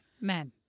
Men